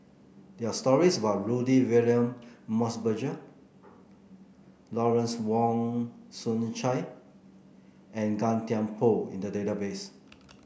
there are stories about Rudy William Mosbergen Lawrence Wong Shyun Tsai and Gan Thiam Poh in the database